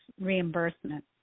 reimbursement